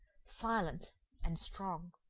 silent and strong.